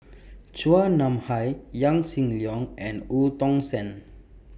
Chua Nam Hai Yaw Shin Leong and EU Tong Sen